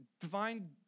divine